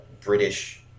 British